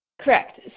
Correct